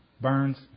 Burns